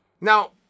Now